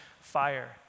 fire